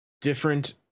different